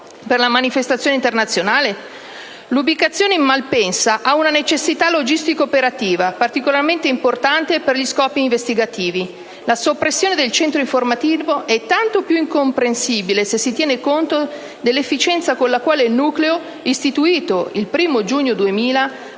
per la manifestazione internazionale? L'ubicazione in Malpensa ha una necessità logistico-operativa particolarmente importante per gli scopi investigativi. La soppressione del centro informativo è tanto più incomprensibile se si tiene conto dell'efficienza con la quale il nucleo, istituito il 1° giugno 2000,